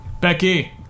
Becky